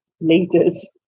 leaders